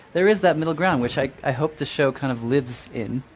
there is that middle ground which i i hope the show kind of lives in,